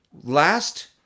Last